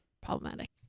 problematic